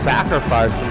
Sacrifice